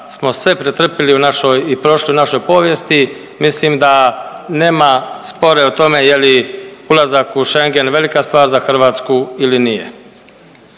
smo sve pretrpjeli u našoj i prošloj našoj povijesti mislim da nema spora o tome je li ulazak u Schengen velika stvar za Hrvatsku ili nije.